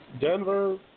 Denver